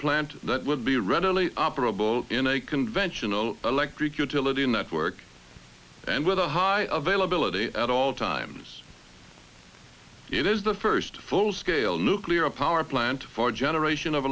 plant that would be readily operable in a conventional electric utility enough work and with a high availability at all times it is the first full scale nuclear power plant for genera